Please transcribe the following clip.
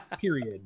period